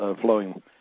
flowing